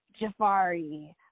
Jafari